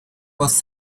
was